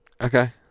Okay